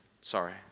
Sorry